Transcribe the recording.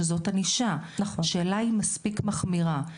שזו ענישה השאלה אם מספיק מחמירה.